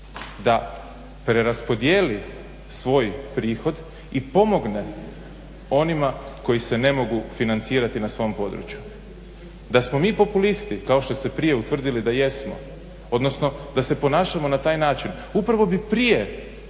da preraspodjeli svoj prihod i pomogne onima koji se ne mogu financirati na svom području. Da smo mi populisti kao što ste prije utvrdili da jesmo odnosno da se ponašamo na taj način upravo bi prije